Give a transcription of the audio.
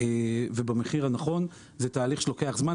ובמחיר הנכון זה תהליך שלוקח זמן.